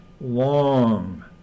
long